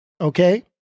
okay